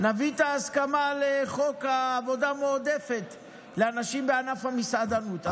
נביא את ההסכמה לחוק עבודה מועדפת בענף המסעדנות.